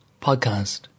podcast